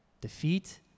defeat